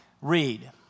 Read